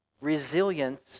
resilience